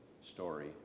story